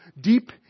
deep